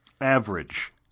average